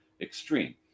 extreme